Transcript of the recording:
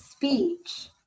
speech